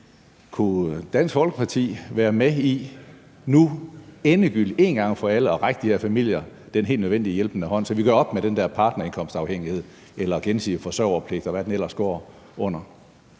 Kunne Dansk Folkeparti være med til nu, endegyldigt og en gang for alle at række de her familier den helt nødvendige hjælpende hånd, så vi gør op med den der partnerindkomstafhængighed eller gensidig forsørgerpligt, og hvad den ellers går under?